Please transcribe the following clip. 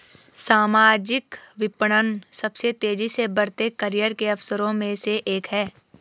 सामाजिक विपणन सबसे तेजी से बढ़ते करियर के अवसरों में से एक है